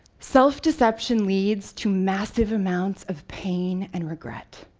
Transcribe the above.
self-deception leads to massive amounts of pain and regret.